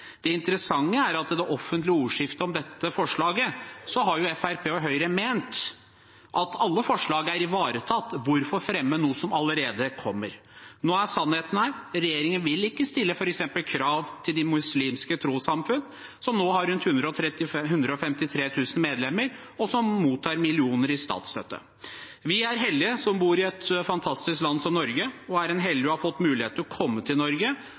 Det interessante er at i det offentlige ordskiftet om dette forslaget har Fremskrittspartiet og Høyre ment at alle forslag er ivaretatt – hvorfor fremme noe som allerede kommer? Nå er sannheten her. Regjeringen vil ikke stille krav f.eks. til de muslimske trossamfunn, som nå har rundt 153 000 medlemmer, og som mottar millioner i statsstøtte. Vi er heldige som bor i et fantastisk land som Norge. Er en heldig og har fått mulighet til å komme til Norge,